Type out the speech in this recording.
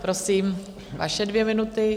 Prosím, vaše dvě minuty.